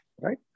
Right